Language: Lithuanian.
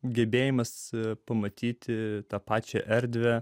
gebėjimas pamatyti tą pačią erdvę